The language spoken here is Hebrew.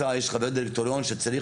יש חברי דירקטוריון שצריך שם,